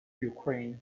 ukraine